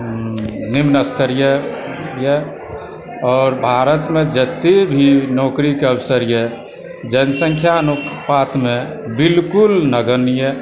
निम्नस्तरीयए आओर भारतमे जतए भी नौकरीके अवसरए जनसँख्या अनुपातमे बिल्कुल नगण्यए